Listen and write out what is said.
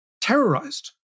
terrorized